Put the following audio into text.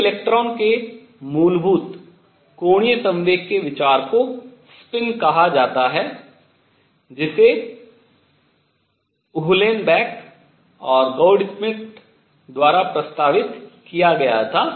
एक इलेक्ट्रॉन के मूलभूत कोणीय संवेग के विचार को स्पिन कहा जाता है जिसे उहलेनबेक और गौडस्मिट द्वारा प्रस्तावित किया गया था